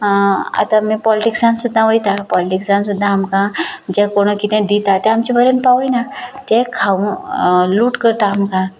आतां आमी पॉलटिक्सांत सुद्दां वयता पॉलटिक्सांत सुद्दां आमकां जें कोण कितें दिता तें आमचे म्हऱ्यान पावयनात ते खावन लूट करता आमकां